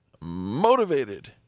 motivated